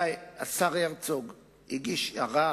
השר הרצוג הגיש ערר